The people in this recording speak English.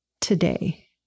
today